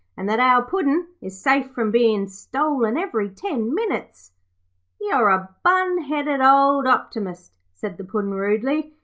and that our puddin' is safe from bein' stolen every ten minutes you're a bun-headed old optimist said the puddin' rudely.